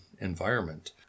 environment